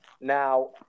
Now